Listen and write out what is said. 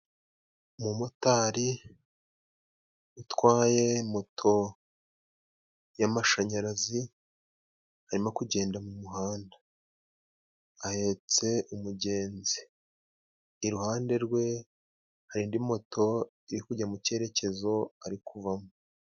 Umumotari utwaye moto y'amashanyarazi arimo kugenda mu muhanda ahetse umugenzi. Iruhande rwe hari indi moto iri kujya mu cyerekezo ari kuvamo.